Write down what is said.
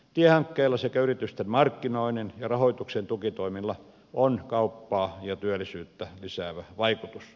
tiehankkeilla sekä yritysten markkinoinnin ja rahoituksen tukitoimilla on kauppaa ja työllisyyttä lisäävä vaikutus